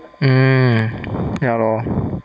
mm ya lor